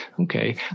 okay